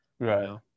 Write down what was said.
right